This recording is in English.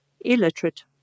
illiterate